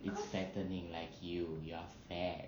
it's fattening like you you are fat